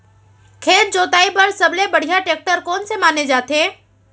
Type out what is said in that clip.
खेत जोताई बर सबले बढ़िया टेकटर कोन से माने जाथे?